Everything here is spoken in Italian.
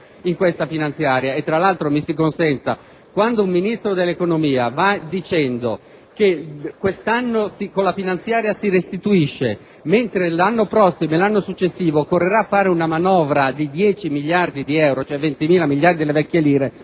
manovra finanziaria. Tra altro, mi si consenta, quando un Ministro dell'economia va dicendo che quest'anno con la finanziaria si restituisce, mentre l'anno prossimo occorrerà varare una manovra di 10 miliardi di euro, cioè 20.000 miliardi delle vecchie lire,